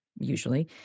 usually